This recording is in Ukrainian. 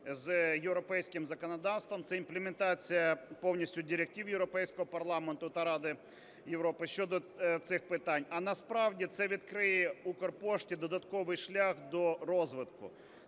з європейським законодавством, це імплементація повністю директив Європейського парламенту та Ради Європи щодо цих питань, а насправді, це відкриє Укрпошті додатковий шлях до розвитку.